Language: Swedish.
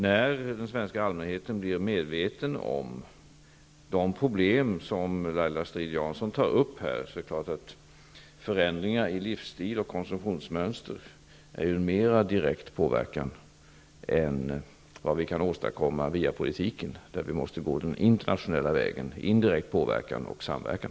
När den svenska allmänheten blir medveten om de problem som Laila Strid-Jansson här tar upp, är det klart att förändringar i livsstil och konsumtionsmönster påverkar mer direkt än vad som går att åstadkomma via politiken, där man måste gå den internationella vägen med indirekt påverkan och samverkan.